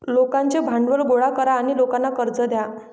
लोकांचे भांडवल गोळा करा आणि लोकांना कर्ज द्या